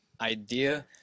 idea